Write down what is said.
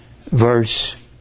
verse